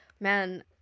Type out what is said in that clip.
Man